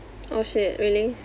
oh shit really